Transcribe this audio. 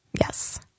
Yes